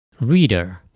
Reader